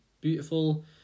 beautiful